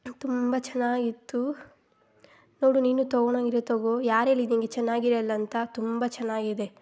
ತುಂಬ ಚೆನ್ನಾಗಿತ್ತು ನೋಡು ನೀನೂ ತೊಗೊಳೋಂಗಿದ್ರೆ ತೊಗೊ ಯಾರು ಹೇಳಿದ್ದು ನಿಂಗೆ ಚೆನ್ನಾಗಿರೋಲ್ಲ ಅಂತ ತುಂಬ ಚೆನ್ನಾಗಿದೆ